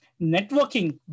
networking